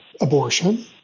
abortion